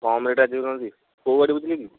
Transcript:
କମ୍ rate ରାଜି ହେଉନାହାନ୍ତି କେଉଁ ଗାଡ଼ି ବୁଝିଲେ କି